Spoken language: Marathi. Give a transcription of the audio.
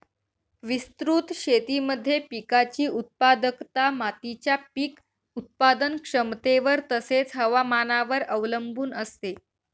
विस्तृत शेतीमध्ये पिकाची उत्पादकता मातीच्या पीक उत्पादन क्षमतेवर तसेच, हवामानावर अवलंबून असते